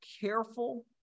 careful